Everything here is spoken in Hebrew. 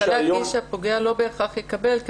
אני רוצה להדגיש שהפוגע לא בהכרח יקבל כי